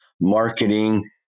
marketing